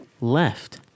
left